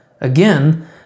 again